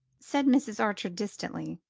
said mrs. archer distantly.